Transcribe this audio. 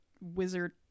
Wizard